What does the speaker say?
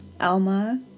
Alma